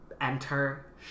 Enter